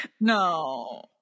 No